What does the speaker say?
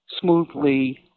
smoothly